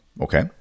Okay